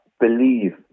believe